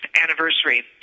anniversary